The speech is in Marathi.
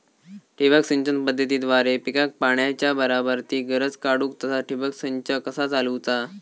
ठिबक सिंचन पद्धतीद्वारे पिकाक पाण्याचा बराबर ती गरज काडूक तसा ठिबक संच कसा चालवुचा?